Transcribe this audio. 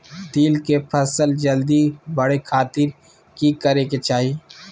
तिल के फसल जल्दी बड़े खातिर की करे के चाही?